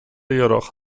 jedoch